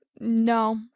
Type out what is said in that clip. No